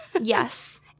Yes